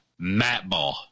Matball